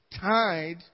tied